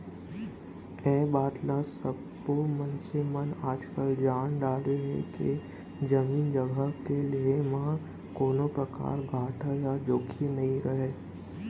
ए बात ल सब्बो मनसे मन आजकाल जान डारे हें के जमीन जघा के लेहे म कोनों परकार घाटा या जोखिम नइ रहय